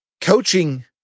Coaching